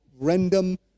random